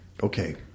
Okay